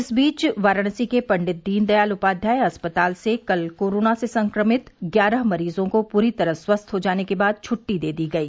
इस बीच वाराणसी के पंडित दीनदयाल उपाध्याय अस्पताल से कल कोरोना से संक्रमित ग्यारह मरीजों को पूरी तरह स्वस्थ हो जाने के बाद छुट्टी दे दी गई